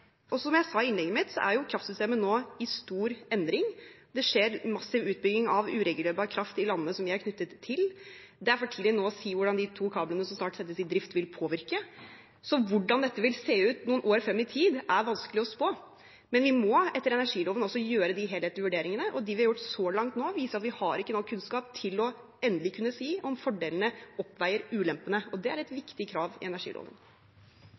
Som jeg sa i innlegget mitt, er kraftsystemet nå i stor endring. Det skjer massiv utbygging av uregulerbar kraft i landene som vi er knyttet til. Det er for tidlig nå å si hvordan de to kablene som snart settes i drift, vil påvirke. Så hvordan dette vil se ut noen år fram i tid, er vanskelig å spå, men vi må etter energiloven også gjøre de helhetlige vurderingene, og dem vi har gjort så langt, viser at vi ikke har nok kunnskap til endelig å kunne si om fordelene oppveier ulempene. Og det er et viktig krav i energiloven.